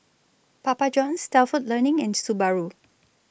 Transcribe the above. Papa Johns Stalford Learning and Subaru